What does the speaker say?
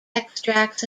extracts